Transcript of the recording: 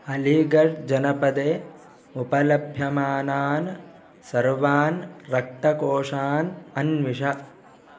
अलीगढ्जनपदे उपलभ्यमानान् सर्वान् रक्तकोषान् अन्विष